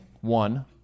One